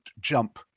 jump